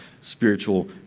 spiritual